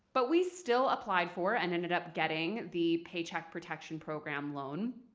but we still applied for, and ended up getting, the paycheck protection program loan,